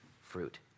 fruit